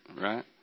right